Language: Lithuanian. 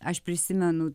aš prisimenu